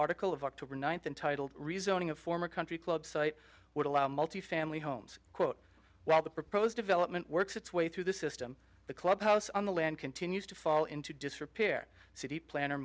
article of october ninth entitled rezoning a former country club site would allow multi family homes quote while the proposed development works its way through the system the clubhouse on the land continues to fall into disrepair city planner